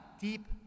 deep